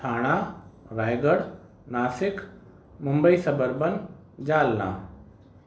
Thane Raigad Nashik Mumbai suburban Jalna